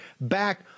back